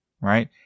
right